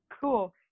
cool